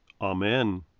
amen